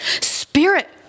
Spirit